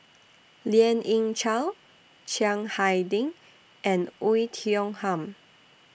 Lien Ying Chow Chiang Hai Ding and Oei Tiong Ham